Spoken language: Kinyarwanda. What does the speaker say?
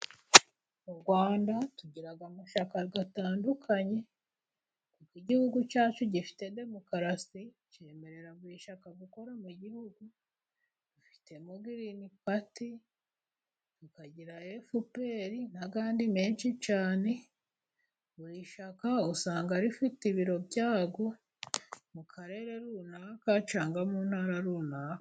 Mu rwanda tugira amashyaka atandukanye. Igihugu cyacu gifite demokarasi cyemerera buri shyaka gukorera mu gihugu dufitemo Girini pati, tukagira FPR n'ayandi menshi cyane. Buri shyaka usanga rifite ibiro byaryo mu karere runaka cyangwa mu ntara runaka.